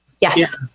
Yes